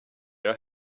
your